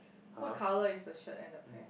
what colour is the shirt and the pant